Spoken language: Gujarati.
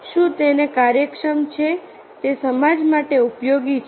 શું તે કાર્યક્ષમ છે તે સમાજ માટે ઉપયોગી છે